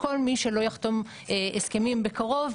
כל מי שלא יחתום הסכמים בקרוב,